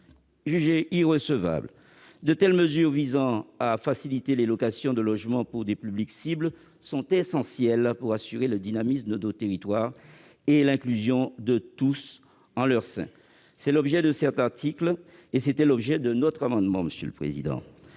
jugé irrecevable. Les mesures visant à faciliter la location de logements à des publics cibles sont essentielles pour assurer le dynamisme des territoires et l'inclusion de tous en leur sein. Tel est l'objet de cet article et tel était aussi l'objet de notre amendement, monsieur le rapporteur